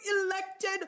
elected